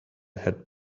had